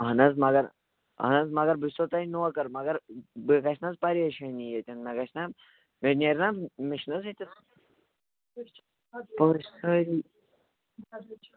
اہن حظ مگر اہن حظ مگر بہٕ چھُسو توہہِ نوکَر مگر بہٕ گژھٕ نہٕ حظ پریشٲنی ییٚتٮ۪ن مےٚ گژھِ نا مےٚ نیرِ نا مےٚ چھِنہٕ حظ ییٚتہِ پٔژھۍ سٲری